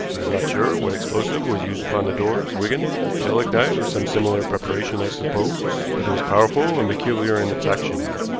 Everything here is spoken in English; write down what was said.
not sure what explosive was used upon the doors, wigan gelignite or some similar preparation, i suppose but it was powerful and peculiar in its action.